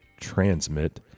Transmit